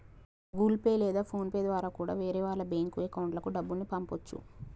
Google Pay లేదా PhonePe ద్వారా కూడా వేరే వాళ్ళ బ్యేంకు అకౌంట్లకి డబ్బుల్ని పంపచ్చు